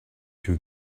two